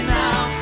now